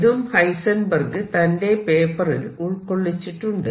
ഇതും ഹൈസെൻബെർഗ് തന്റെ പേപ്പറിൽ ഉൾക്കൊള്ളിച്ചിട്ടുണ്ട്